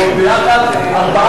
ומיליארד ו-700 מיליון מס על יחידים,